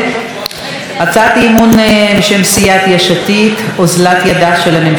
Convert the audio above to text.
הצעת אי-אמון בשם סיעת יש עתיד: אוזלת ידה של הממשלה בתחום הכלכלי,